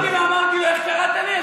הסתובבתי ואמרתי לו, איך קראת לי?